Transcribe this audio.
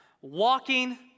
walking